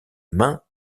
main